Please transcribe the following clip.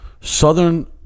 Southern